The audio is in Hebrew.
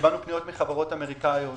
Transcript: קיבלנו פניות מחברות אמריקאיות,